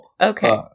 Okay